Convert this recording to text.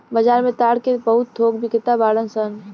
बाजार में ताड़ के बहुत थोक बिक्रेता बाड़न सन